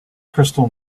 crystal